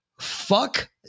Fuck